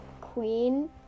queen